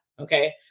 Okay